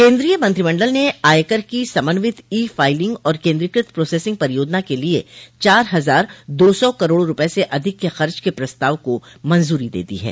केंद्रीय मंत्रिमंडल ने आयकर की समन्वित ई फाइलिंग और केंद्रीकृत प्रोसेसिंग परियोजना के लिए चार हजार दो सौ करोड़ रुपये से अधिक के खर्च के प्रस्ताव को मंज्री दे दी है